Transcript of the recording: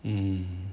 mm